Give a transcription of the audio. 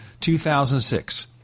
2006